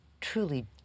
truly